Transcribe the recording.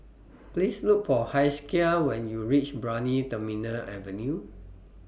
Please Look For Hezekiah when YOU REACH Brani Terminal Avenue